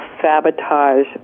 sabotage